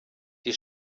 die